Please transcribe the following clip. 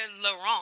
Laurent